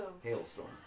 Hailstorm